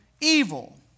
evil